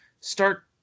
start